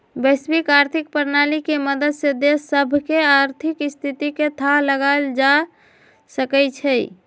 वैश्विक आर्थिक प्रणाली के मदद से देश सभके आर्थिक स्थिति के थाह लगाएल जा सकइ छै